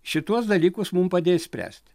šituos dalykus mum padės spręst